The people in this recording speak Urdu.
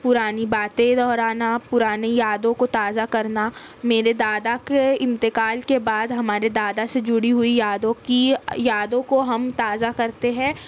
پرانی باتیں دہرانا پرانی یادوں کو تازہ کرنا میرے دادا کے انتقال کے بعد ہمارے دادا سے جڑی ہوئی یادوں کی یادوں کو ہم تازہ کرتے ہیں